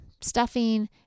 stuffing